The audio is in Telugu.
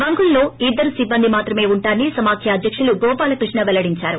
బంకుల్లో ఇద్దరు సిబ్బంది మాత్రమే ఉంటారని సమాఖ్య అధ్యకుడు గోపాల కృష్ణ పెల్లడించారు